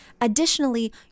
additionally